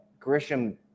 Grisham